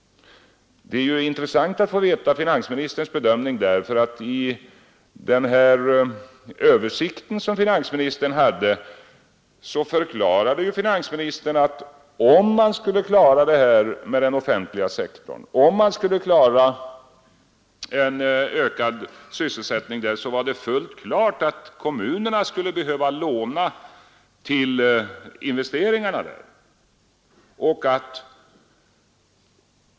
Det vore intressant att få veta finansministerns bedömning där, för i den översikt som finansministern gjorde förklarade han att om man skulle klara en ökad sysselsättning med den offentliga sektorn stod det fullt klart att kommunerna skulle behöva låna till investeringarna.